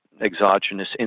exogenous